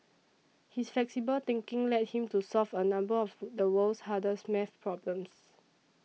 his flexible thinking led him to solve a number of the world's hardest math problems